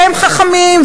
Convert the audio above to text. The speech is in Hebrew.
והם חכמים,